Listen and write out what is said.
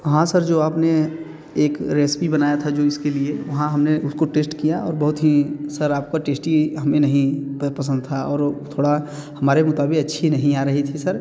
हाँ सर जो आप ने एक रेसिपी बनाया था जो इसके लिए वहाँ हम ने उसको टेस्ट किया और बहुत ही सर आपका टेस्टी हमें नहीं पसंद था और थोड़ा हमारे मुताबिक़ अच्छी नहीं आ रही थी सर